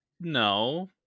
No